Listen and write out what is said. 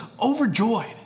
overjoyed